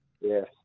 Yes